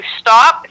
stop